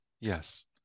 yes